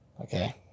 Okay